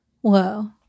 Whoa